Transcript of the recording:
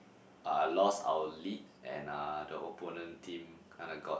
uh lost our lead and uh the opponent team kinda got